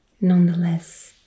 nonetheless